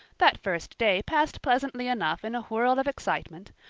that first day passed pleasantly enough in a whirl of excitement,